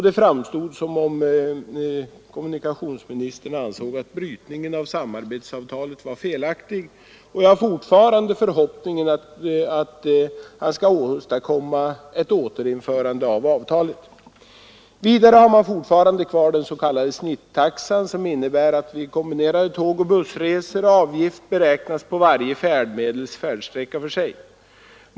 Det verkade då som om kommunikationsministern ansåg att brytningen av samarbetsavtalet var felaktig, och jag hyser fortfarande förhoppning om att kommunikationsministern skall åstadkomma ett återinförande av avtalet. Vidare har man fortfarande kvar den s.k. snittaxan, som innebär att avgiften vid kombinerade tågoch bussresor beräknas på varje färdmedels färdsträcka för sig.